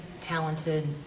talented